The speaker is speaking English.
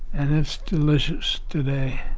and it's delicious today